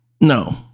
No